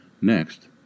Next